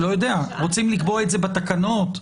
רוצים לקבוע את זה בתקנות?